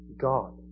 God